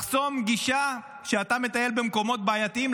לחסום גישה כשאתה מטייל במקומות בעייתיים,